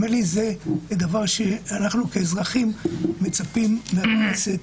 זה דבר שאנחנו כאזרחים מצפים מהכנסת,